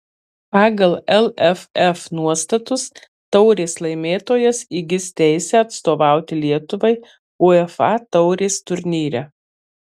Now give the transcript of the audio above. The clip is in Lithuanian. pagal lff nuostatus taurės laimėtojas įgis teisę atstovauti lietuvai uefa taurės turnyre